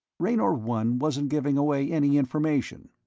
raynor one wasn't giving away any information.